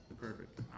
Perfect